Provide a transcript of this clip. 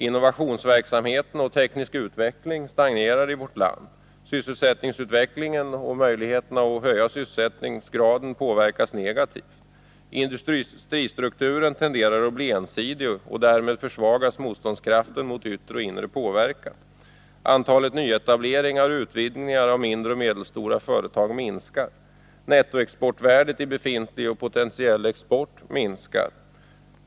Innovationsverksamhet och teknisk utveckling stagnerar i vårt land. Sysselsättningsutvecklingen och möjligheterna att höja sysselsättningsgraden påverkas negativt. Industristrukturen tenderar att bli ensidig, och därmed försvagas motståndskraften mot yttre och inre påverkan. Antalet nyetableringar och utvidgningar av mindre och medelstora företag minskar. Nettoexportvärdet i befintlig och potentiell export minskar.